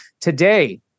today